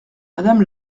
madame